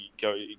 go